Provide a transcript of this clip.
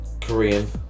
Korean